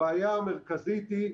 הבעיה המרכזית היא,